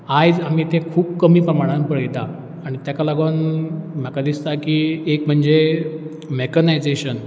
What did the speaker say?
आयज आमी तें खूब कमी प्रमाणान पळयतात आनी तेका लागोन म्हाका दिसता की एक म्हणजे मॅकनायजेशन